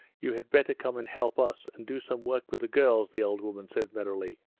you had better come and help us, and do some work with the girls the old woman said merrily.